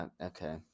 okay